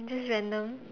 just random